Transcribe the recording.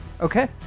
Okay